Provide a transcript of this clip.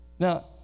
Now